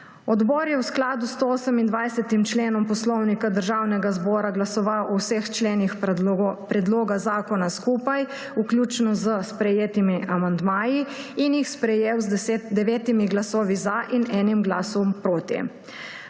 Odbor je v skladu s 128. členom Poslovnika Državnega zbora glasoval o vseh členih predloga zakona skupaj, vključno s sprejetimi amandmaji, in jih sprejel z devetimi glasovi za in enim glasom proti.